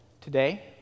today